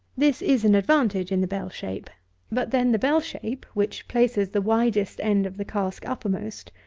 this is an advantage in the bell-shape but then the bell-shape, which places the widest end of the cask uppermost,